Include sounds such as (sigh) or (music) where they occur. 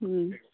(unintelligible)